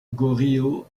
goriot